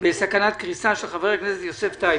- בסכנת קריסה, של חבר הכנסת יוסף טייב.